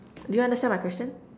do you understand my question